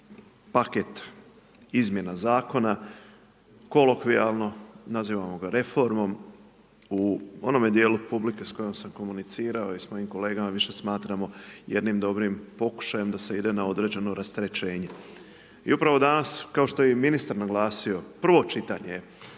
paket izmjena zakona, kolokvijalno nazivamo ga reformom u onome dijelu publike s kojom sam komunicirao i s mojim kolegama više smatramo jednim dobrim pokušajem da se ide na određeno rasterećenje. I upravo danas kao što je i ministar naglasio, prvo čitanje je,